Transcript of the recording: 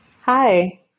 Hi